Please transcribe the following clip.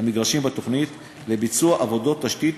המגרשים בתוכנית לביצוע עבודות תשתית